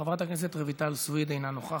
חברת הכנסת רויטל סויד, אינה נוכחת,